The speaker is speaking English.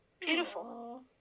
beautiful